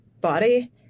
body